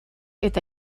eta